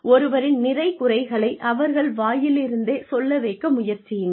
ஒருவரின் நிறை குறைகளை அவர்கள் வாயிலிருந்தே சொல்ல வைக்க முயற்சியுங்கள்